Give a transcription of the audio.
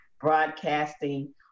broadcasting